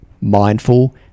mindful